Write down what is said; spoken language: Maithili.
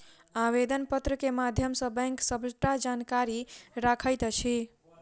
आवेदन पत्र के माध्यम सॅ बैंक सबटा जानकारी रखैत अछि